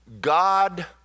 God